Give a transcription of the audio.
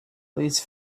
please